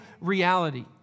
reality